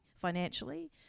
financially